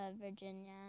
Virginia